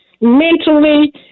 mentally